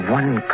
one